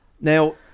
Now